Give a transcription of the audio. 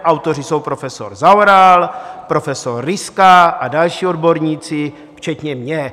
Autoři jsou profesor Zaoral, profesor Ryska a další odborníci včetně mě.